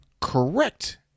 correct